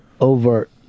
overt